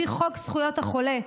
לפי חוק זכויות החולה,